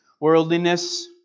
Worldliness